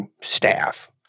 staff